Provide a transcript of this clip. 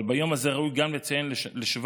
אבל ביום הזה ראוי גם לציין לשבח